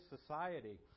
society